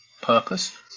purpose